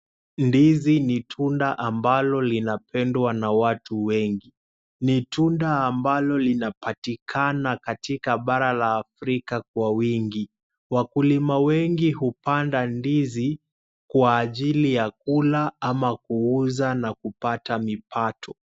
Ndizi ni tunda ambalo linapendwa na watu wengi, ni tunda ambalo linapatikana katika Bara la Afrika kwa wingi. Wakulima wengi hupanda ndizi kwa ajili ya kula ama kuuza na kupata mapato.